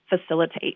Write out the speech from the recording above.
facilitate